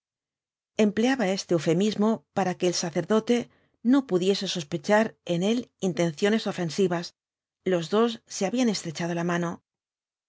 empleaba este eufemismo para que el sacerdote no pudiese sospechar en él intenciones ofensivas los dos se habían estrechado la mano yo